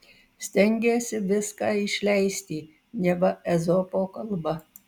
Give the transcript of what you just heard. stengėsi viską išleisti neva ezopo kalba